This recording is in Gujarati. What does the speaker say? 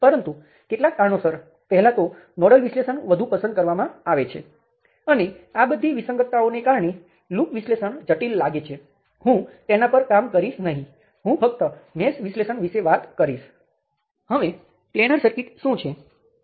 તો ચાલો હું આ સર્કિટ લઉં અને મેં આ વોલ્ટેજ Vx ને R13 ની પાસે રજુ કર્યો છે અને બીજી મેશમાં આપણી મૂળ સર્કિટમાં નિશ્ચિત વોલ્ટેજ સ્ત્રોતને બદલે મારી પાસે વોલ્ટેજ નિયંત્રણ વોલ્ટેજ સ્ત્રોત kVx છે